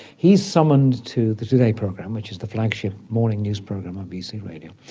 he's summoned to the today program, which is the flagship morning news program on bbc radio,